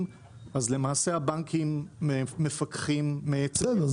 אז למעשה הבנקים מפקחים --- בסדר,